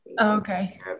Okay